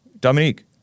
Dominique